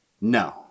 No